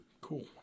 Cool